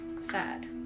sad